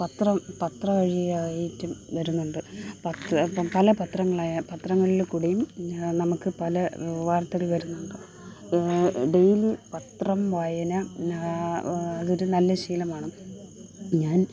പത്രം പത്ര വഴിയായിട്ടും വരുന്നുണ്ട് വര്ക്കുകള് അപ്പം പല പത്രങ്ങളായ പത്രങ്ങളിൽ കൂടെയും നമുക്ക് പല വാര്ത്തകള് വരുന്നുണ്ട് ഡെയിലി പത്രം വായന അതൊരു നല്ല ശീലമാണ് ഞാന്